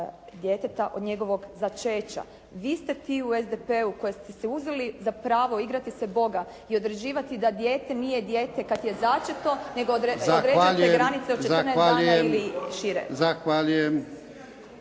djeteta od njegovog začeća. Vi ste ti u SDP-u koji ste si uzeli za pravo igrati se Boga i određivati da dijete nije dijete kad je začeto nego …… /Upadica: Zahvaljujem./